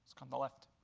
so on the left.